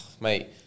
mate